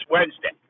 Wednesday